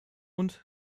und